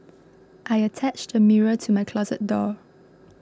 I attached a mirror to my closet door